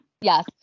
Yes